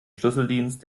schlüsseldienst